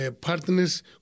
partners